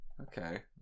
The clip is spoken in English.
Okay